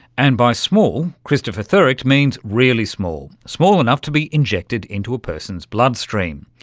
and by small, kristofer thurecht means really small, small enough to be injected into a person's blood-stream.